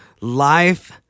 life